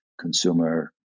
consumer